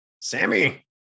sammy